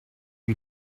you